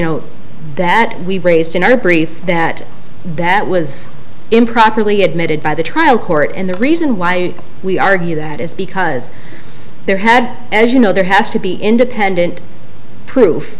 know that we raised in our brief that that was improperly admitted by the trial court and the reason why we argue that is because there had as you know there has to be independent proof